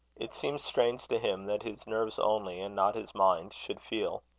it seemed strange to him that his nerves only, and not his mind, should feel.